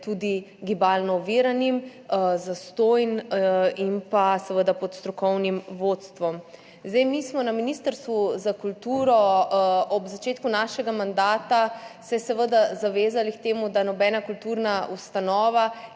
tudi gibalno oviranim, zastonj in seveda pod strokovnim vodstvom. Mi smo se na Ministrstvu za kulturo ob začetku našega mandata seveda zavezali k temu, da nobena kulturna ustanova